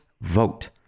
vote